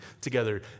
together